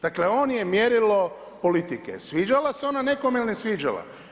Dakle, on je mjerilo politike sviđala se ona nekome ili ne sviđala.